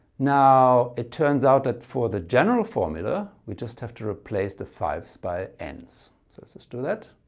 now it turns out that for the general formula we just have to replace the five s by and ns. so let's just do that.